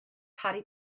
harry